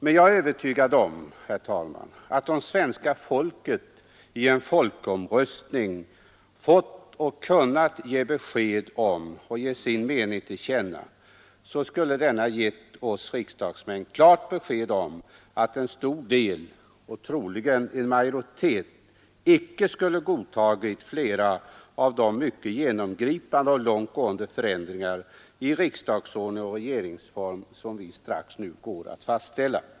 Men jag är övertygad om, herr talman, att om svenska folket i en folkomröstning kunnat få ge sin mening till känna, så skulle det ha gett oss riksdagsmän klart besked om att en stor del av medborgarna — troligen en majoritet — icke godtagit flera av de mycket genomgripande och långt gående förändringar i riksdagsordning och regeringsform som vi nu strax går att fastställa.